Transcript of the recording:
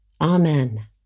Amen